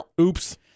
Oops